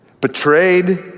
betrayed